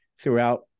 throughout